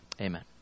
Amen